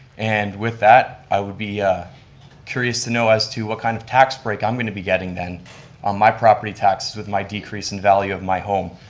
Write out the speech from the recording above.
and with that, i would be curious to know as to what kind of tax break i'm going to be getting then on my property tax with my decrease in value of my home,